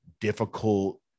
difficult